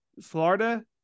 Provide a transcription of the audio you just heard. Florida